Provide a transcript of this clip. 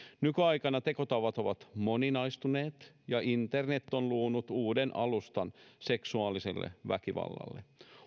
nykyaikana tekotavat ovat moninaistuneet ja internet on luonut uuden alustan seksuaaliselle väkivallalle